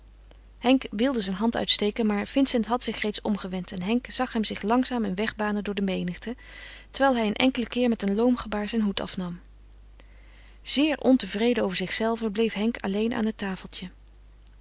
henk wilde zijn hand uitsteken maar vincent had zich reeds omgewend en henk zag hem zich langzaam een weg banen door de menigte terwijl hij een enkelen keer met een loom gebaar zijn hoed afnam zeer ontevreden over zichzelven bleef henk alleen aan het tafeltje